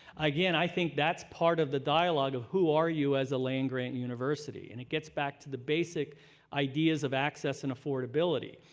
again, i think that's part of the dialogue of who are you as a land-grant university. and it gets back to the basic ideas of access and affordability.